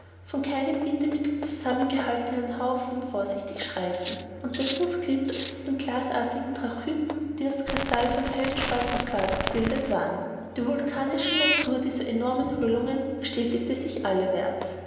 von keinem bindemittel zusammengehaltenen haufen vorsichtig schreiten und der fuß glitt auf diesen glasartigen trachyten die aus krystallen von feldspath und quarz gebildet waren die vulkanische natur dieser enormen höhlung bestätigte sich allerwärts